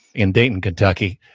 in dayton, kentucky,